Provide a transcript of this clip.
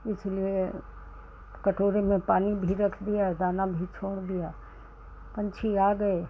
इसलिए कटोरे में पानी भी रख दिया औ दाना भी छोड़ दिया पंछी आ गए